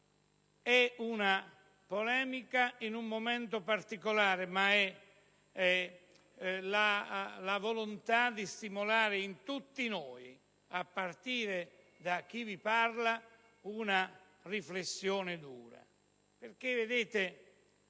è una polemica in un momento particolare; è la volontà di stimolare in tutti noi, a partire da chi vi parla, una riflessione dura.